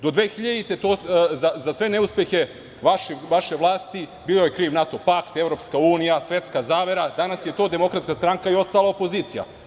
Do 2000. za sve neuspehe vaše vlasti bio je kriv NATO pakt, EU, svetska zavera, danas je to DS i ostala opozicija.